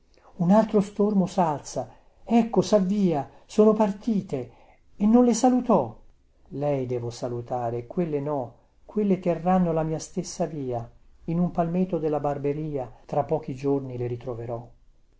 un altro stormo salza ecco savvia sono partite e non le salutò lei devo salutare quelle no quelle terranno la mia stessa via in un palmeto della barberia tra pochi giorni le ritroverò